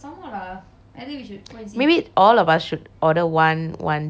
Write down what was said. maybe all of us should order one one dish and all of us share